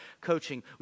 coaching